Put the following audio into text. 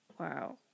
Wow